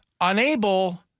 unable